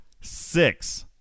six